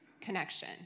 connection